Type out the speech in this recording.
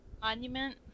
Monument